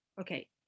okay